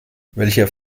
welcher